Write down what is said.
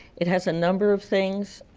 it has a number of things.